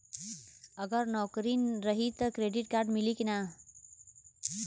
अगर नौकरीन रही त क्रेडिट कार्ड मिली कि ना?